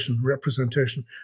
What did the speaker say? representation